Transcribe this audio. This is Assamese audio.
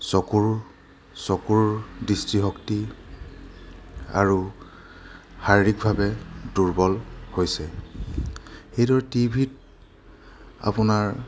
চকুৰ চকুৰ দৃষ্টিশক্তি আৰু শাৰীৰিকভাৱে দুৰ্বল হৈছে সেইদৰে টিভিত আপোনাৰ